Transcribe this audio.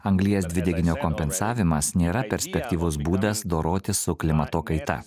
anglies dvideginio kompensavimas nėra perspektyvus būdas dorotis su klimato kaita